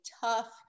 tough